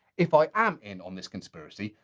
if i am in on this conspiracy,